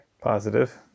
Positive